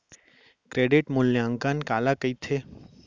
Credit मूल्यांकन काला कहिथे?